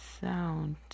sound